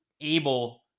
able